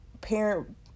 parent